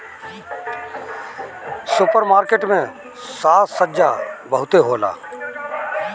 super market में साज सज्जा बहुते होला